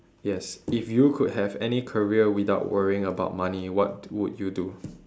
yes if you could have any career without worrying about money what would you do